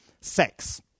Sex